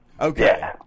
okay